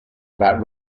about